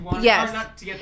yes